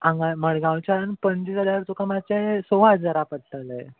हांगा मडगांवच्यान पणजे जाल्यार तुका मातशें स हजारा पडटलें